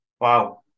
Wow